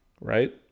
Right